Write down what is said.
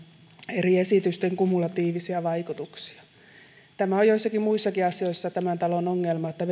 eri esitysten kumulatiivisia vaikutuksia tämä on joissakin muissakin asioissa tämän talon ongelma että